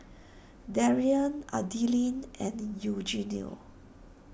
Darien Adilene and Eugenio